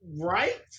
right